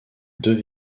deux